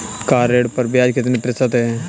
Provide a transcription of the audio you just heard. Car ऋण पर ब्याज कितने प्रतिशत है?